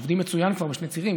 שעובדים מצוין כבר בשני צירים,